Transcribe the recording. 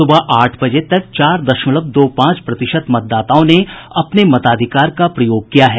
सुबह आठ बजे तक चार दशमलव दो पांच प्रतिशत मतदाताओं ने अपने मताधिकार का प्रयोग किया है